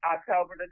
October